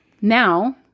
Now